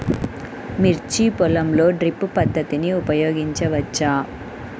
మిర్చి పొలంలో డ్రిప్ పద్ధతిని ఉపయోగించవచ్చా?